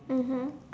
mmhmm